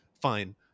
fine